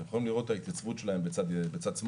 אתם יכולים לראות את ההתייצבות שלהם בצד שמאל,